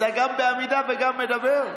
אתה גם בעמידה וגם מדבר?